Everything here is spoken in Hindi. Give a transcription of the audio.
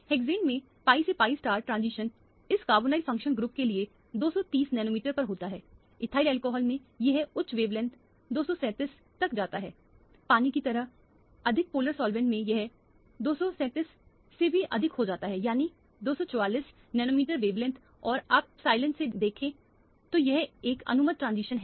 हेक्सेन मेंpiसे pi ट्रांजिशन इस कार्बोनिल फंक्शनल ग्रुप के लिए 230 नैनोमीटर पर होता है इथाइल अल्कोहल में यह उच्च वेवलेंथ 237 तक जाता है पानी की तरह अधिक पोलर सॉल्वेंट में यह 237 से भी अधिक हो जाता है यानी 244 नैनोमीटर वेवलेंथ और आप एप्सिलॉन से देखें तो यह एक अनुमत ट्रांजिशन है